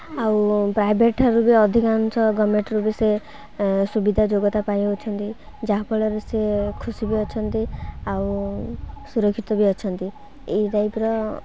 ଆଉ ପ୍ରାଇଭେଟ୍ଠାରୁ ବି ଅଧିକାଂଶ ଗମେଣ୍ଟ୍ରୁ ବି ସେ ସୁବିଧା ଯୋଗ୍ୟତା ପାଇଯାଉଛନ୍ତି ଯାହା ଫଳରେ ସେ ଖୁସି ବି ଅଛନ୍ତି ଆଉ ସୁରକ୍ଷିତ ବି ଅଛନ୍ତି ଏହି ଟାଇପ୍ର